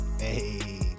Hey